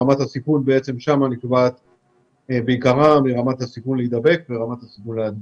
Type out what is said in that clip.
רמת הסיכון נקבעת שם בעיקר מרמת הסיכון להידבק ורמת הסיכון להדביק.